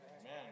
Amen